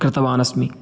कृतवान् अस्मि